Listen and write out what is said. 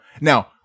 Now